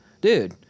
Dude